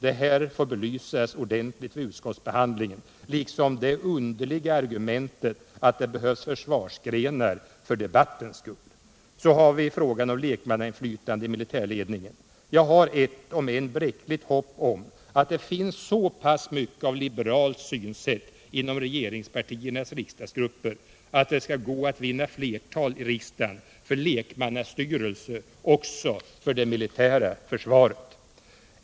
Det här får väl belysas ordentligt vid utskottsbehandlingen liksom det underliga argumentet att det behövs försvarsgrenar för debattens skull. Så har vi frågan om lekmannainflytande i militärledningen. Jag har ett om än bräckligt hopp om att det finns så pass mycket av liberalt synsätt inom regeringspartiernas riksdagsgrupper att det skall gå att vinna flertal i riksdagen för lekmannastyrelse också för det militära försvaret.